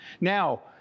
Now